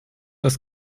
das